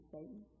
Satan